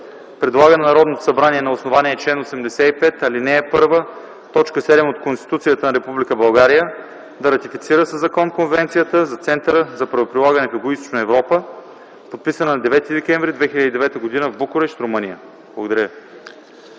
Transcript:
Предлага на Народното събрание на основание чл. 85, ал. 1, т. 7 от Конституцията на Република България да ратифицира със закон Конвенцията за Центъра за правоприлагане в Югоизточна Европа, подписана на 9 декември 2009 г. в Букурещ, Румъния.” Благодаря.